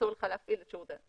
אסור לך להפעיל את שירותי התשלום.